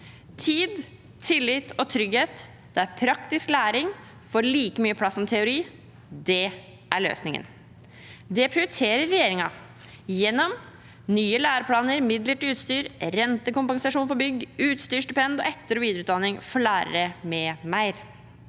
Tid, tillit og trygghet, der praktisk læring får like mye plass som teori, er løsningen. Det prioriterer regjeringen gjennom nye læreplaner, midler til utstyr, rentekompensasjon for bygg, utstyrsstipend og etter- og videreutdanning for lærere m.m.